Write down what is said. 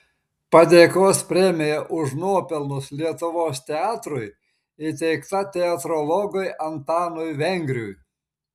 padėkos premija už nuopelnus lietuvos teatrui įteikta teatrologui antanui vengriui